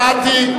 הוא אמר, שמעתי,